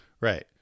Right